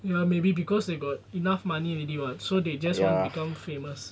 ya maybe because they got enough money already [what] so they just want to become famous